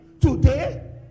today